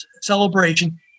celebration